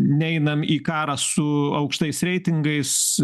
neinam į karą su aukštais reitingais